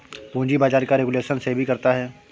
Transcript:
पूंजी बाजार का रेगुलेशन सेबी करता है